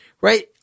Right